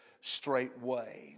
straightway